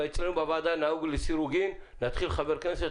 אצלנו בוועדה נהוג להתחיל חבר-כנסת,